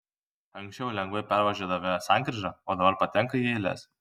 anksčiau lengvai pervažiuodavę sankryžą o dabar patenka į eiles